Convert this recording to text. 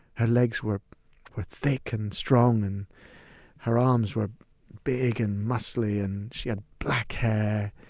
her legs were were thick and strong, and her arms were big and muscly, and she had black hair,